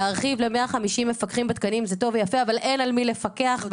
להרחיב ל-150 מפקחים בתקנים זה טוב ויפה אבל אין על מי לפקח.